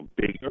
bigger